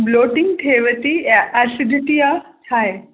bloating थिएव थी या एसिडिटी आहे छा आहे